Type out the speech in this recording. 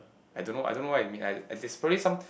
I don't know I don't know what it mean I it's probably some